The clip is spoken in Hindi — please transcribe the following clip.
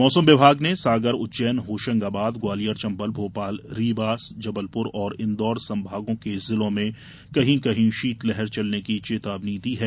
मौसम विभाग ने सागर उज्जैन होशंगाबाद ग्वालियर चंबल भोपाल रीवा जबलपुर और इंदौर संभागों के जिलों में कहीं कहीं शीतलहर चलने की चेतावनी दी है